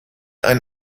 ein